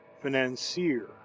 financier